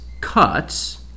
cuts